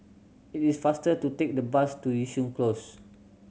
it is faster to take the bus to Yishun Close